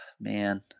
Man